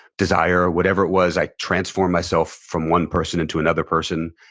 desire, whatever it was, i transformed myself from one person into another person,